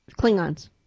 Klingons